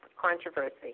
controversy